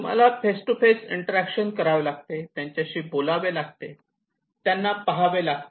तुम्हाला face to face interaction करावे लागते त्यांच्याशी बोलावे लागते त्यांना पहावे लागते